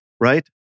Right